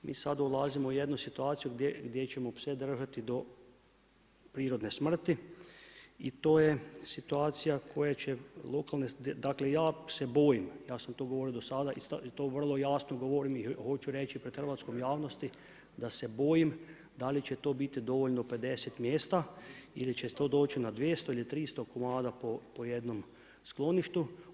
I sad dolazimo u jednu situaciju, gdje ćemo pse držati do prirodne smrti i to je situacija, koja će, dakle ja se bojim, ja sam to govorio do sad i to vrlo jasno govorim i hoću reći pred hrvatskom javnosti, da se bojim da li će to biti dovoljno 50 mjesta ili će to doći do 200 ili 300 komada po jednom skloništu.